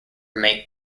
may